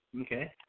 Okay